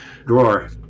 Drawer